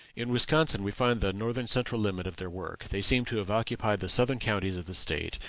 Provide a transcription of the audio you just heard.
in wisconsin we find the northern central limit of their work they seem to have occupied the southern counties of the state,